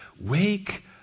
wake